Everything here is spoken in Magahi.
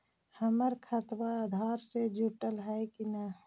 हमर खतबा अधार से जुटल हई कि न?